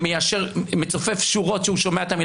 הזכרתי במליאה את התוכנית